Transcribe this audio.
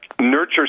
nurture